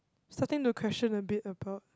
starting to question a bit about